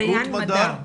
אולי לנקודה האחרונה.